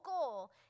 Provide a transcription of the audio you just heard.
goal